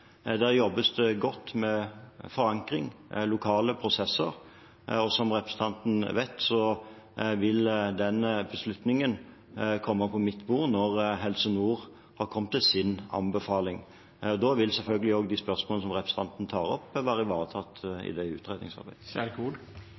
jobbes det godt med forankring, med lokale prosesser. Og som representanten vet, vil den beslutningen komme på mitt bord når Helse Nord har kommet fram til sin anbefaling. Da vil selvfølgelig også de spørsmålene som representanten tar opp, være ivaretatt